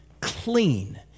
clean